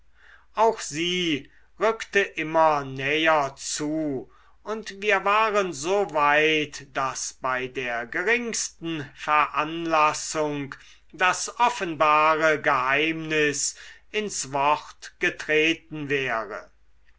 auch sie rückte immer näher zu und wir waren so weit daß bei der geringsten veranlassung das offenbare geheimnis ins wort getreten wäre